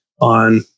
on